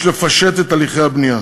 יש לפשט את תהליכי הבנייה